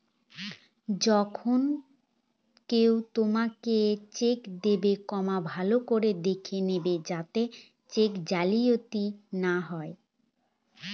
যখন কেউ তোমাকে চেক দেবে, ভালো করে দেখে নেবে যাতে চেক জালিয়াতি না হয়